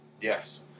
Yes